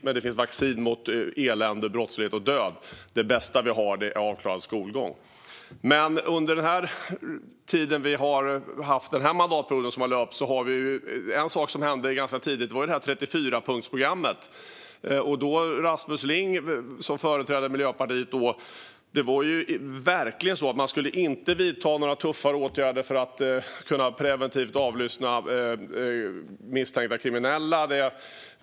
Men det finns också vaccin mot elände, brottslighet och död, och det bästa vi har är avklarad skolgång. En sak som kom ganska tidigt under denna mandatperiod var 34-punktsprogrammet. Då, Rasmus Ling, som företrädare för Miljöpartiet, var det verkligen så att man inte skulle vidta några tuffare åtgärder för att preventivt kunna avlyssna misstänkta kriminella.